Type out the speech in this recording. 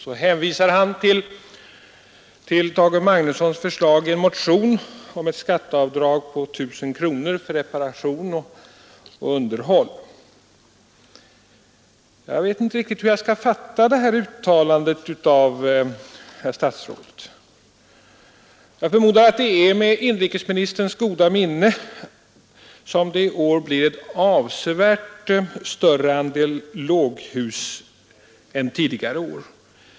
Sedan hänvisade statsrådet till herr Magnussons i Borås förslag i en motion att införa ett skatteavdrag om 1 000 kronor för reparation och underhåll. Jag vet inte riktigt hur jag skall fatta detta uttalande av herr statsrådet. Jag förmodar att det är med inrikesministerns goda minne som det i år blir en avsevärt större andel låghus i nyproduktionen än tidigare år.